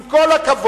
עם כל הכבוד,